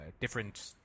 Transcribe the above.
different